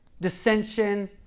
dissension